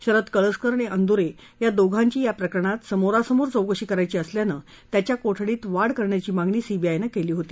शरद कळसकर आणि अंदुरे यां दोघांची या प्रकरणात समोरासमोर चौकशी करायाची असल्यानं त्याच्या कोठडीत वाढ करण्याची मागणी सीबीआयनं केली होती